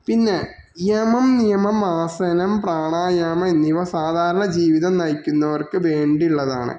പിന്നെ യമം യമം ആസനം പ്രാണായാമം എന്നിവ സാധാരണ ജീവിതം നയിക്കുന്നവർക്ക് വേണ്ടീട്ടുള്ളതാണ്